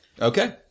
Okay